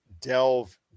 delve